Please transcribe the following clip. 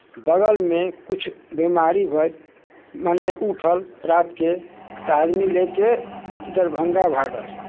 बगलमे किछु बिमारी भेल मने उठल रातिकेँ तऽ आदमी लए कऽ दरभंगा भागल